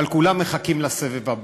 אבל כולם מחכים לסבב הבא.